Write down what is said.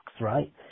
right